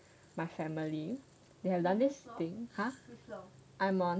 my family they have done this thing !huh!